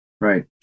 Right